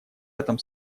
этом